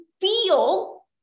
feel